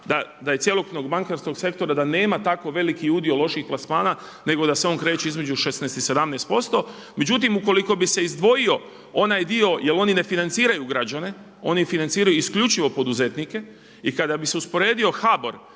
da i cjelokupnog bankarskog sektora, da nema tako veliki udio loših plasmana nego da se on kreće između 16 i 17%. Međutim, ukoliko bi se izdvojio onaj dio, jer oni ne financiraju građane, oni financiraju isključivo poduzetnike. I kada bi se usporedio HBOR